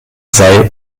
sei